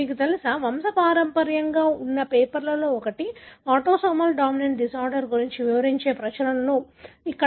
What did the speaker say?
ఇది మీకు తెలుసా వంశపారంపర్యంగా ఉన్న పేపర్లలో ఒకటి ఆటోసోమల్ డామినెంట్ డిజార్డర్ గురించి వివరించే ప్రచురణలు సరియైనదా